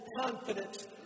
confidence